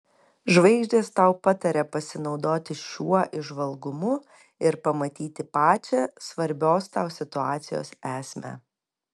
žvaigždės tau pataria pasinaudoti šiuo įžvalgumu ir pamatyti pačią svarbios tau situacijos esmę